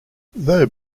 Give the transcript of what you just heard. though